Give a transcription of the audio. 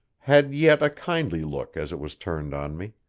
had yet a kindly look as it was turned on me.